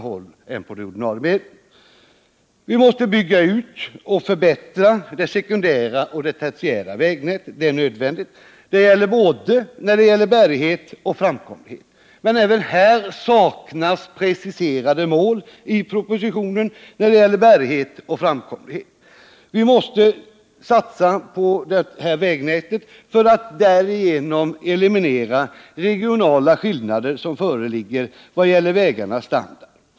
Beträffande såväl bärigheten som framkomligheten måste vi bygga ut och förbättra det sekundära och det tertiära vägnätet. Men även när det gäller bärighet och framkomlighet saknas preciserade mål i propositionen. Vi måste satsa på det här vägnätet för att härigenom kunna eliminera de regionala skillnader som föreligger när det gäller vägarnas standard.